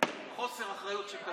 פושעים.